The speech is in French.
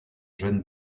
jeune